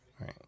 right